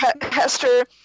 hester